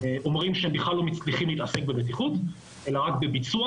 אומרים שהם בכלל לא מצליחים להתעסק בבטיחות אלא רק בביצוע.